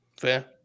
fair